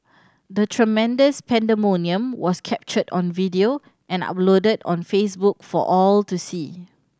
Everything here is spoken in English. the tremendous pandemonium was captured on video and uploaded on Facebook for all to see